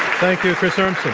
thank you, chris urmson.